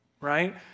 Right